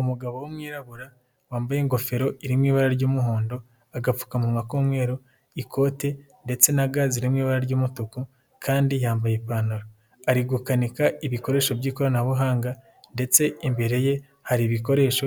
Umugabo w'umwirabura wambaye ingofero iri mu ibara ry'umuhondo, agapfukamunwa k'umweru ikote ndetse na ga ziri mu ibara ry'umutuku, kandi yambaye ipantaro ari gukanika ibikoresho by'ikoranabuhanga, ndetse imbere ye hari ibikoresho